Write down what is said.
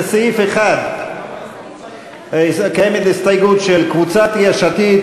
לסעיף 1 קיימת הסתייגות של קבוצת יש עתיד,